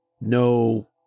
no –